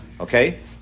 Okay